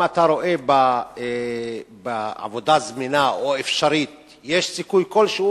אם אתה רואה שהעבודה זמינה או אפשרית ויש סיכוי כלשהו,